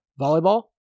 volleyball